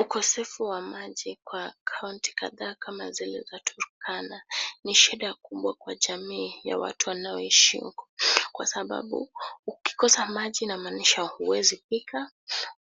Ukosefu wa maji kwa kaunti kadhaa kama zile za Turkana ni shida kubwa kwa jamii ya watu wanaoishi huko kwa sababu ukikosa maji ina maanisha huwezi pika,